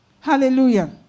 hallelujah